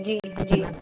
जी जी